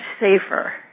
safer